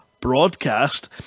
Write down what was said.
broadcast